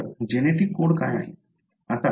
तर genetic code काय आहे